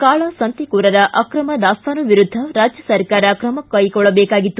ಕಾಳಸಂತೆಕೋರರ ಅಕ್ರಮದಾಸ್ತಾನು ವಿರುದ್ದ ರಾಜ್ಯಸರ್ಕಾರ ಕ್ರಮ ಕೈಗೊಳಬೇಕಾಗಿತ್ತು